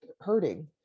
hurting